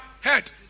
Head